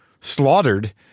slaughtered